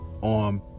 on